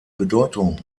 bedeutung